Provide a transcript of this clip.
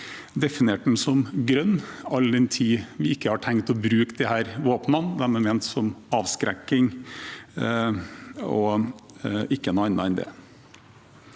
med definert den som grønn, all den tid vi ikke har tenkt å bruke disse våpnene. De er ment som avskrekking og ikke noe annet enn det.